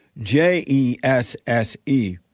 J-E-S-S-E